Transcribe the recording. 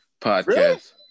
podcast